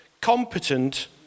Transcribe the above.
competent